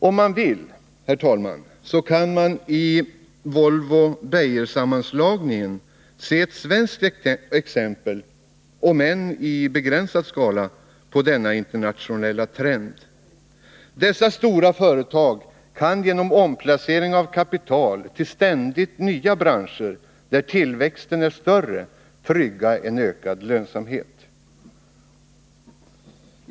Om man vill, kan man i sammanslagningen av Volvo och Beijer se ett svenskt exempel — om än i begränsad skala — på denna internationella trend. Dessa stora företag kan genom omplacering av kapital till ständigt nya branscher där tillväxten är större trygga en ökad lönsamhet.